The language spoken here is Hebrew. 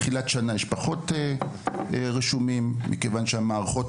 בתחילת שנה יש פחות רשומים מכיוון שהמערכות